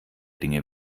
dinge